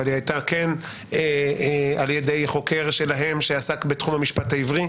אבל היא הייתה כן על ידי חוקר שלהם שעסק בתחום המשפט העברי.